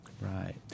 Right